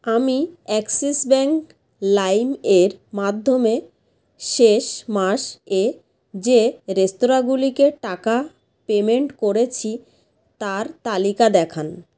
আমি Axis bank Lime এর মাধ্যমে শেষ মাসে যে রেস্তরাঁগুলিকে টাকা পেমেন্ট করেছি তার তালিকা দেখান